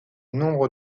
nombre